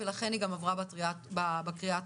לכן היא גם עברה בקריאה הטרומית.